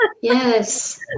Yes